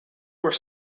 more